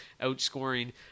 outscoring